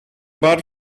bar